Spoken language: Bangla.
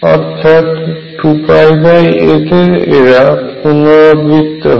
অর্থাৎ 2a তে এরা পুনরাবৃত্ত হয়